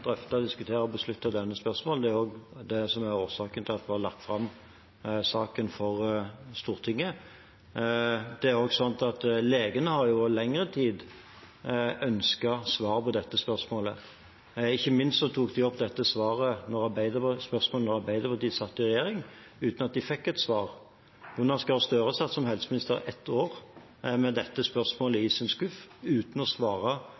drøfte, diskutere og beslutte slike spørsmål. Det er også årsaken til at vi har lagt fram saken for Stortinget. Det er også sånn at legene over lengre tid har ønsket svar på dette spørsmålet – ikke minst tok de det opp da Arbeiderpartiet satt i regjering, uten at de fikk et svar. Jonas Gahr Støre satt som helseminister i ett år med dette spørsmålet i sin skuff uten å svare